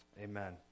Amen